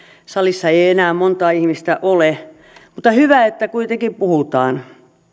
salissa ei ei enää monta ihmistä ole mutta hyvä että kuitenkin puhutaan